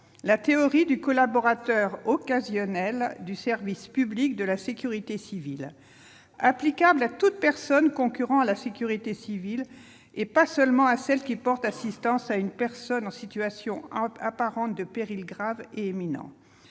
la théorie du collaborateur occasionnel du service public de la sécurité civile, applicable à toute personne concourant à la sécurité civile et pas seulement à celle qui porte assistance à une personne en situation apparente de péril grave et imminent.